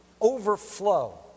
overflow